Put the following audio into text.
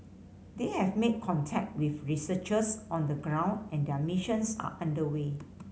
they have made contact with researchers on the ground and their missions are under way